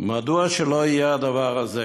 מדוע לא יהיה הדבר הזה